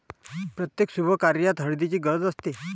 प्रत्येक शुभकार्यात हळदीची गरज असते